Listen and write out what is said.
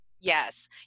Yes